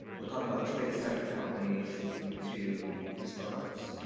we're talking about traded sector companies to startups.